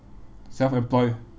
self employed